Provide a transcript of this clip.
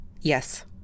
Yes